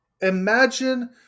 Imagine